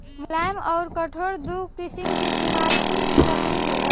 मुलायम अउर कठोर दू किसिम के इमारती लकड़ी होला